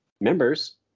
members